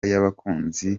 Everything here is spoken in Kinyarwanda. y’abakunzi